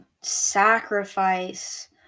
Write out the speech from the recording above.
Sacrifice